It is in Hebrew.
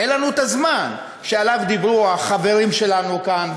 אין לנו את הזמן שעליו דיברו החברים שלנו כאן,